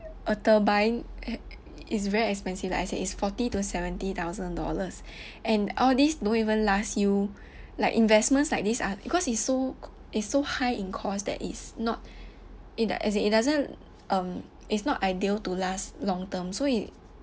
a turbine is very expensive like I said it's forty to seventy thousand dollars and all these don't even last you like investments like this ah because it's so it's so high in cost that is not in the as in it doesn't um it's not ideal to last long-term so if